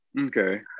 Okay